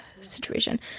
situation